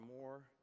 more